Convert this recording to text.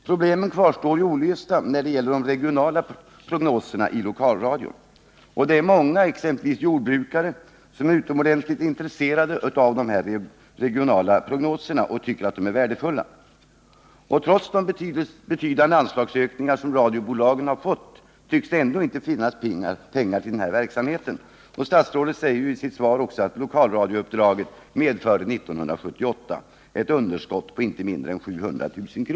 Problemen kvarstår således olösta när det gäller de regionala prognoserna i lokalradion. Många människor, exempelvis bland jordbrukarna, är utomordentligt intresserade av dessa och tycker att de är värdefulla, men trots de betydande anslagsökningar som radiobolagen fått tycks det inte finnas pengar till den här verksamheten. Statsrådet säger också i svaret att lokalradiouppdraget medförde ett underskott på inte mindre än 700 000 kr.